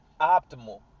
optimal